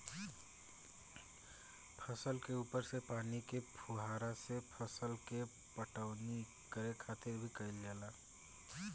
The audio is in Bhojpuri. फसल के ऊपर से पानी के फुहारा से फसल के पटवनी करे खातिर भी कईल जाला